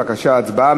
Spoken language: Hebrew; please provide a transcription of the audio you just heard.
בבקשה, הצבעה.